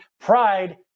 pride